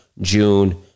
June